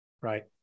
right